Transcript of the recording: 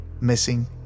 Missing